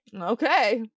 Okay